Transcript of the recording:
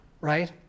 right